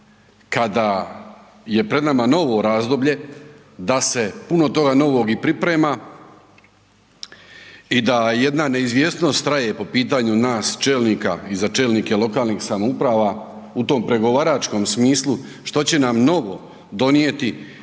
kada je pred nama novo razdoblje da se puno toga novog i priprema i da jedna neizvjesnost traje po pitanju nas čelnika i za čelnike lokalnih samouprava u tom pregovaračkom smislu što će nam novo donijeti,